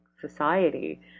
society